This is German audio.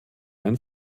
einen